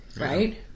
right